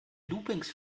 loopings